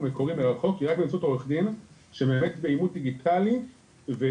מקורי מרחוק היא רק באמצעות עורך דין שמאמת באימות דיגיטלי ומצהיר,